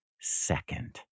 second